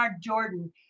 Jordan